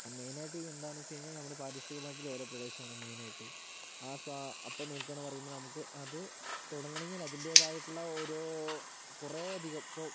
main ആയിട്ട് എന്താണെന്നു വെച്ചു കഴിഞ്ഞാൽ നമ്മുടെ പാരിസ്ഥിതികമായിട്ടുള്ള ലോല പ്രദേശങ്ങൾ മെയിൻ ആയിട്ട് ആണ് അപ്പം നോക്കാണേ പറയുന്നത് നമുക്ക് അത് തുടങ്ങണമെങ്കിൽ അതിന്റേതായിട്ടുള്ള ഓരോ കുറേ അധികം ഇപ്പോൾ